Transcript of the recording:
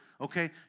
okay